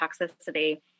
toxicity